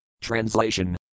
Translation